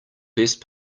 best